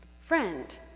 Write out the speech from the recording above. Friend